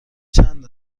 چند